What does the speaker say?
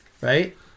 right